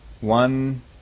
One